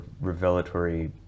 revelatory